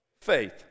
faith